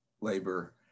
labor